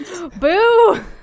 Boo